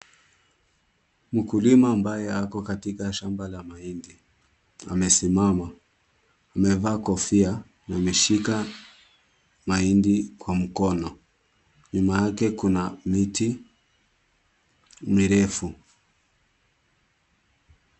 Mkulima ambaye ako katika shamba la mahindi. Amesimama. Amevaa kofia na ameshika mahindi kwa mkono. Nyuma yake kuna miti mirefu.